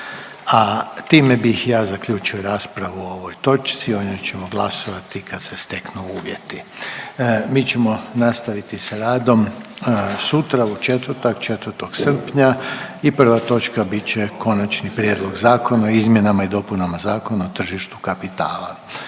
A time bih ja zaključio raspravu o ovoj točci, o njoj ćemo glasovati kad se steknu uvjeti. Mi ćemo nastaviti sa radom sutra u četvrtak 4. srpnja i prva točka bit će Konačni prijedlog zakona o izmjenama i dopunama Zakona o tržištu kapitala.